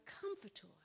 comforter